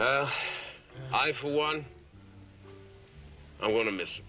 our i for one i want to miss